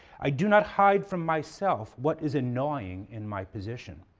i do not hide from myself what is annoying in my position.